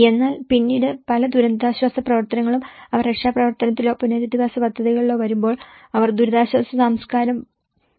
എന്നാൽ പിന്നീട് പല ദുരിതാശ്വാസ പ്രവർത്തനങ്ങളും അവർ രക്ഷാപ്രവർത്തനത്തിലോ പുനരധിവാസ പദ്ധതികളിലോ വരുമ്പോൾ അവർ ദുരിതാശ്വാസ സംസ്കാരം പരിചിതമായ സംവിധാനങ്ങളെ നിരസിക്കാനും അനുകൂലിക്കാനും ശ്രമിക്കുന്നു